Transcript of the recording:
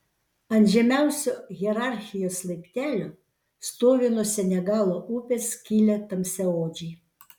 ant žemiausio hierarchijos laiptelio stovi nuo senegalo upės kilę tamsiaodžiai